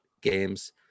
games